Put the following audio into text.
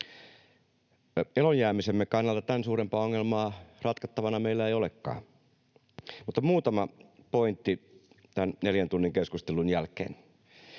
Eloonjäämisemme kannalta tämän suurempaa ongelmaa ratkottavana meillä ei olekaan. Muutama pointti tämän neljän tunnin keskustelun jälkeen: